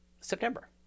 September